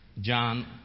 John